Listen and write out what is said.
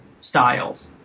styles